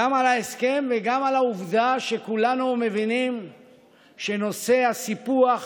גם על ההסכם וגם על העובדה שכולנו מבינים שנושא הסיפוח